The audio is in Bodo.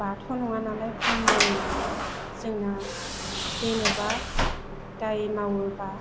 बाथौ नङा नालाय ब्रह्मनि नालाय जोंना जेनोबा दाय मावोबा